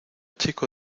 chico